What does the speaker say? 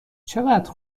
چقدر